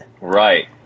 Right